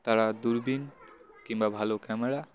তারা দূরবীন কিংবা ভালো ক্যামেরা